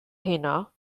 heno